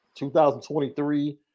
2023